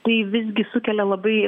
tai visgi sukelia labai